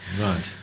Right